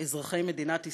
אזרחי מדינת ישראל,